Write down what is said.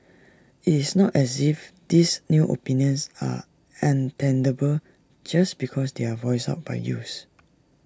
IT is not as if these new opinions are untenable just because they are voiced out by youths